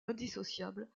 indissociable